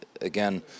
again